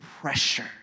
pressure